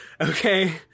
Okay